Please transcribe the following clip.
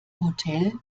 hotel